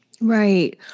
Right